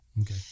Okay